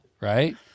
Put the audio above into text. right